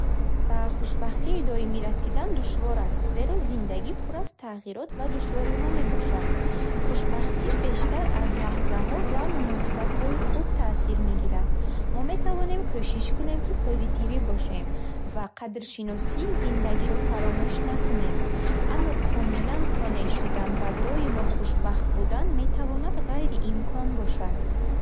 Ба хушбахтии доимӣ расидан душвор аст, зеро зиндагӣ пур аз тағйирот ва душвориҳо мебошад. Хушбахтӣ бештар аз лаҳзаҳо ва муносибатҳои хуб таъсир мегирад. Мо метавонем кӯшиш кунем, ки позитивӣ бошем ва қадршиносии зиндагиро фаромӯш накунем. Аммо комилан қонеъ шудан ва доимо хушбахт будан метавонад ғайриимкон бошад.